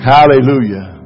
Hallelujah